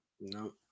No